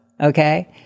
okay